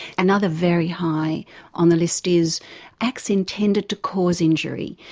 another very high on the list is acts intended to cause injury.